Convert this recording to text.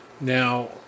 Now